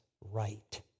right